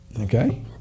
Okay